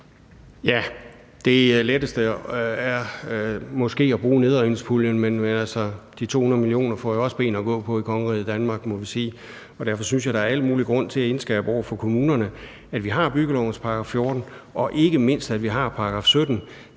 (V): Det letteste er måske at bruge nedrivningspuljen, men de 200 mio. kr. får jo også ben at gå på i kongeriget Danmark, må vi sige. Derfor synes jeg, der er al mulig grund til at indskærpe over for kommunerne, at vi har byggelovens § 14, og ikke mindst, at vi har § 17,